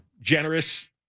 generous